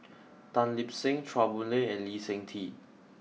Tan Lip Seng Chua Boon Lay and Lee Seng Tee